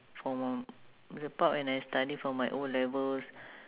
for m~ the part when I study for my O-levels